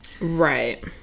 Right